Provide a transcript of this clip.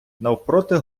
навпроти